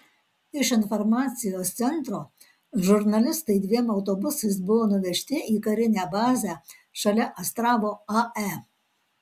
iš informacijos centro žurnalistai dviem autobusais buvo nuvežti į karinę bazę šalia astravo ae